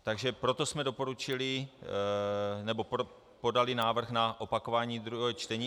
Takže proto jsme doporučili nebo podali návrh na opakování druhého čtení.